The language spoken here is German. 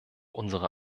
unsere